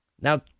now